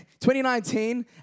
2019